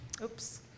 oops